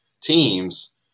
teams